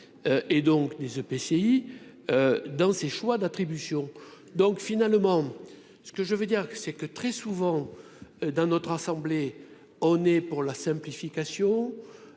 et donc des EPCI dans ses choix d'attribution, donc finalement ce que je veux dire que c'est que très souvent dans notre assemblée, on est pour la simplification